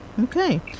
okay